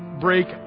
break